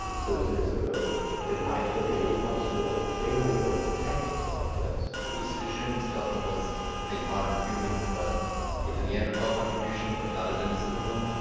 so sort of sort of they might have been some small thing we don't detect about this. ust'-ishim skelton was, we think, modern human but with a neanderthal contribution but not a denisovan one?